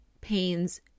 pains